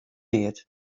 neat